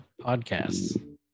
podcasts